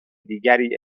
دیگری